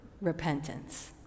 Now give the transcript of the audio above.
repentance